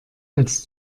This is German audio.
als